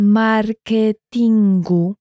marketingu